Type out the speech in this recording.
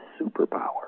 superpower